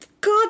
God